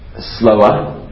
slower